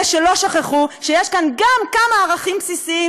אלה שלא שכחו שיש כאן גם כמה ערכים בסיסיים